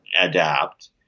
Adapt